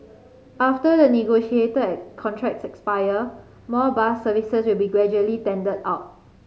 after the negotiated contracts expire more bus services will be gradually tendered out